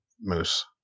moose